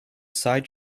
side